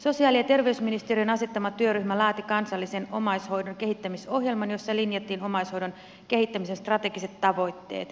sosiaali ja terveysministeriön asettama työryhmä laati kansallisen omaishoidon kehittämisohjelman jossa linjattiin omaishoidon kehittämisen strategiset tavoitteet